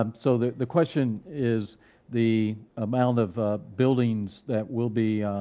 um so the the question is the amount of buildings that will be